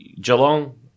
Geelong